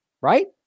right